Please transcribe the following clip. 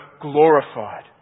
glorified